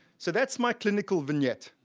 so that's my clinical vignette.